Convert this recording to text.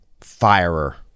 firer